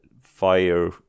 fire